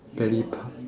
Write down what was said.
ballet pump